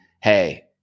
hey